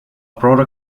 broader